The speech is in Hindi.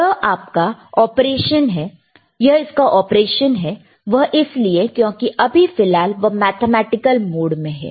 यह इसका ऑपरेशन है वह इसलिए क्योंकि अभी फिलहाल वह मैथमेटिकल मोड में है